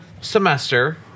semester